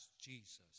Jesus